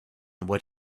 what